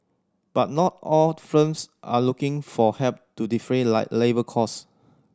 but not all firms are looking for help to defray labour cost